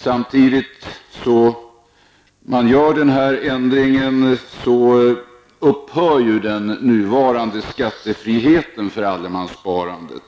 Samtidigt som denna ändring genomförs upphör den nuvarande skattefriheten för allemanssparandet.